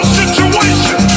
situation